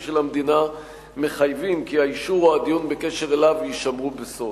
של המדינה מחייבים כי האישור או הדיון בקשר אליו יישמרו בסוד.